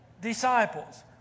disciples